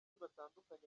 batandukanye